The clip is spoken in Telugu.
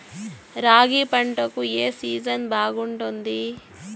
రాగి పంటకు, ఏ సీజన్ బాగుంటుంది?